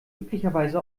üblicherweise